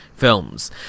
films